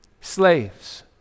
slaves